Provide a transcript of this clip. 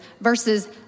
versus